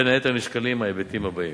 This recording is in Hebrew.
בין היתר, נשקלים ההיבטים הבאים: